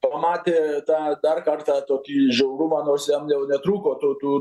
pamatė tą dar kartą tokį žiaurumą nors jam jau netrūko to tų